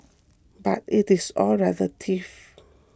but it is all relative